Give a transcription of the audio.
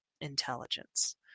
intelligence